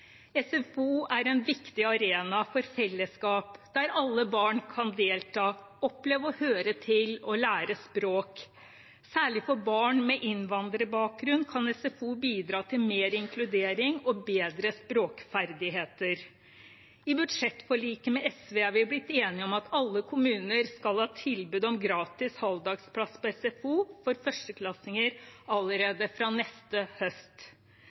SFO er en viktig arena for felleskap, der alle barn kan delta, oppleve å høre til og lære språk. Særlig for barn med innvandrerbakgrunn kan SFO bidra til mer inkludering og bedre språkferdigheter. I budsjettforliket med SV er vi blitt enige om at alle kommuner skal ha tilbud om gratis halvdagsplass på SFO for førsteklassinger allerede fra neste høst.